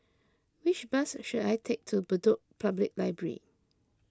which bus should I take to Bedok Public Library